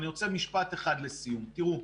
תראו,